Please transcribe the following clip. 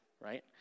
right